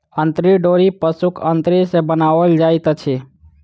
अंतरी डोरी पशुक अंतरी सॅ बनाओल जाइत अछि